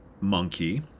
monkey